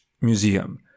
museum